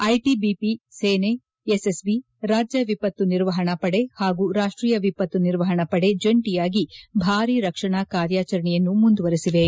ITBP ಸೇನೆ SSB ರಾಜ್ಯ ವಿಪತ್ತು ನಿರ್ವಹಣಾ ಪಡೆ ಹಾಗೂ ರಾಷ್ಟೀಯ ವಿಪತ್ತು ನಿರ್ವಹಣಾ ಪಡೆ ಜಂಟೆಯಾಗಿ ಭಾರಿ ರಕ್ಷಣಾ ಕಾರ್ಯಾಚರಣೆಯನ್ನು ಮುಂದುವರೆಸಿವೆ